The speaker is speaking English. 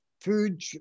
Food